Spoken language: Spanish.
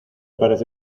parece